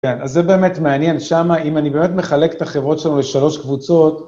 כן, אז זה באמת מעניין, שמה, אם אני באמת מחלק את החברות שלנו לשלוש קבוצות...